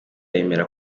yemera